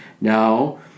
now